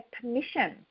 permission